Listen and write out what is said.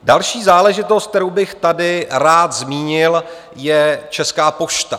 Další záležitost, kterou bych tady rád zmínil, je Česká pošta.